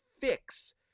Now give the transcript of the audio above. fix